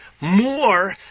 more